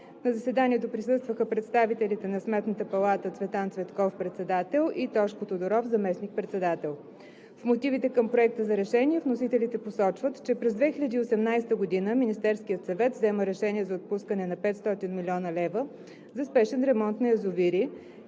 На заседанието присъстваха представителите на Сметната палата: Цветан Цветков – председател, и Тошко Тодоров – заместник-председател. В мотивите към Проекта за решение вносителите посочват, че през 2018 г. Министерският съвет взема решение за отпускане на 500 млн. лв. за спешен ремонт на язовири,